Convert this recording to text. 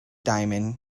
diamond